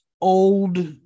old